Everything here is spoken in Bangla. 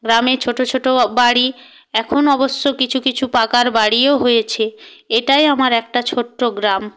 গ্রামে ছোট ছোট বাড়ি এখন অবশ্য কিছু কিছু পাকার বাড়িও হয়েছে এটাই আমার একটা ছোট্ট গ্রাম